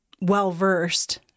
well-versed